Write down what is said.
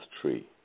Tree